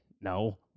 no